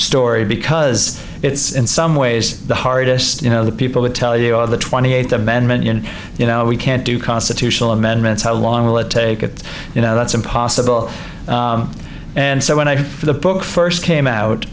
story because it's in some ways the hardest the people that tell you all the twenty eighth amendment you know we can't do constitutional amendments how long will it take it you know that's impossible and so when i had the book first came out